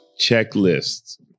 checklists